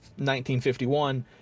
1951